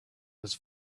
was